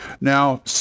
Now